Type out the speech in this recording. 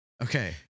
Okay